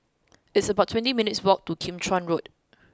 it's about twenty minutes' walk to Kim Chuan Road